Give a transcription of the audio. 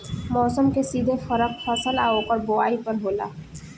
मौसम के सीधे फरक फसल आ ओकर बोवाई पर होला